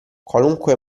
qualunque